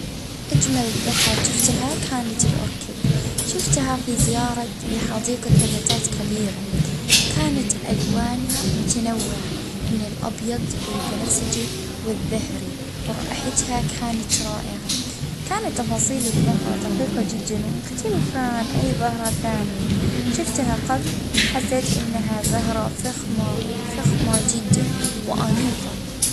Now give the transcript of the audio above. اه الزهرة الأجمل اه كانت وردة لوتس شفتها في اه حديقة عامة اه العام اللي فات اه منظرها يعطيك إحساس بالراحة والجمال الطبيعي.